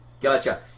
Gotcha